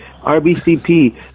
rbcp